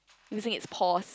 using it's paws